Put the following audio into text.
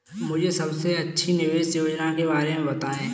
मुझे सबसे अच्छी निवेश योजना के बारे में बताएँ?